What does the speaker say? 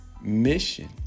mission